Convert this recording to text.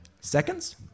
Seconds